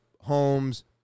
homes